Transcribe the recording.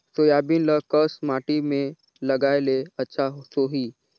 Soybean ल कस माटी मे लगाय ले अच्छा सोही?